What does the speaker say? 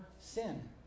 sin